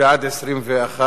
בעד, נגד,